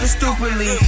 stupidly